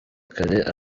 kare